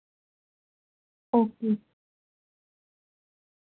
okay